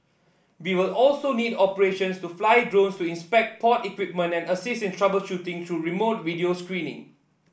we will also need operations to fly drones to inspect port equipment and assist in troubleshooting through remote video screening